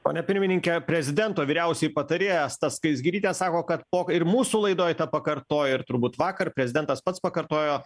pone pirmininke prezidento vyriausioji patarėja asta skaisgirytė sako kad po ir mūsų laidoj tą pakartojo ir turbūt vakar prezidentas pats pakartojo